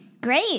Great